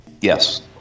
Yes